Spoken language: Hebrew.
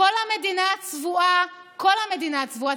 כל המדינה צבועה, כל המדינה צבועה.